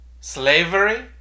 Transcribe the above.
slavery